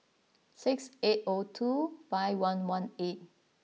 six eight O two five one one eight